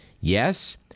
Yes